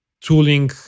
tooling